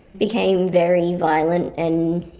became very violent, and